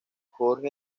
jorge